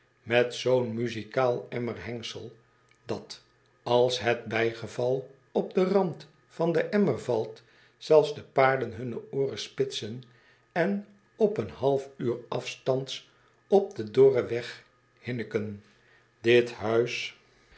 met zoo'n muzikaal emmer hengsel dat ais het bijgeval op den rand van den emmer valt zelfs de paarden hunne ooren spitsen en op een half uur afstands op den dorren weg hinniken dit huis